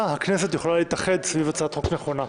הכנסת יכולה להתאחד סביב הצעת חוק נכונה.